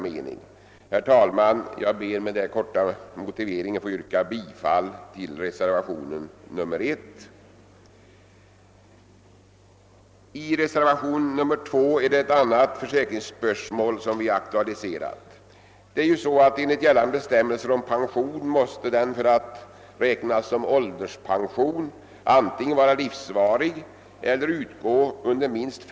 Man kan i sammanhanget inte heller helt bortse från det inte obetydliga enskilda sparande som sker i form av försäkringar till fördel inte endast för den försäkrade och hans familj utan också för samhället i sin helhet. På grund av det minskade banksparandet har försäkringssparandet fått en ökad samhällsekonomisk betydelse.